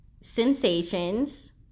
sensations